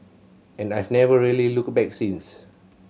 and I've never really looked back since